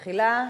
תחילה,